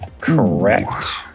Correct